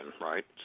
right